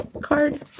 Card